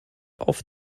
auf